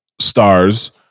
stars